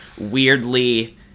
weirdly